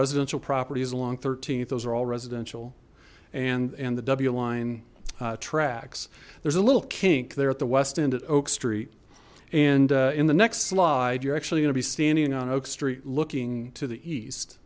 residential properties along th those are all residential and and the w line tracks there's a little kink there at the west end at oak street and in the next slide you're actually gonna be standing on oak street looking to the east